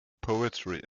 poetry